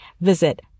visit